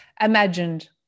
imagined